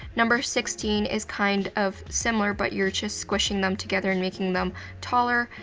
number sixteen is kind of similar, but you're just squishing them together and making them taller.